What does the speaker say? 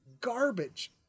garbage